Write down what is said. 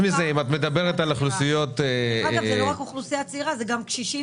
זאת לא רק אוכלוסייה צעירה אלא גם קשישים